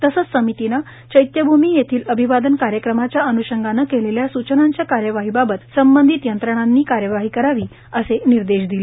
तसेच समितीने चैत्यभूमी येथील अभिवादन कार्यक्रमाच्या अन्षंगाने केलेल्या सूचनांच्या कार्यवाहीबाबत संबंधित यंत्रणांनी कार्यवाही करावी असे निर्देशही दिले